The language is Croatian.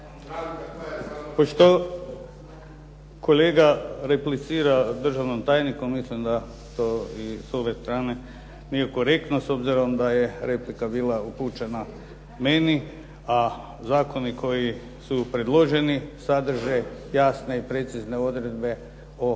kolega replicira državnom tajniku, mislim da to s ove strane nije korektno. S obzirom da je replika bila upućena meni, a zakoni koji su predloženi sadrže jasne i precizne odredbe o